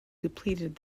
depleted